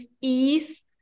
ease